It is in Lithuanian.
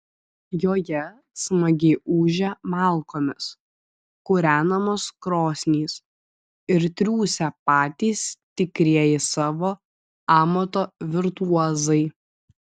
joje smagiai ūžia malkomis kūrenamos krosnys ir triūsia patys tikrieji savo amato virtuozai